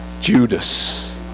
Judas